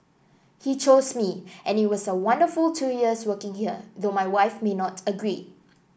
he chose me and it was a wonderful two years working here though my wife may not agree